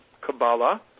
Kabbalah